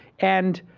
and,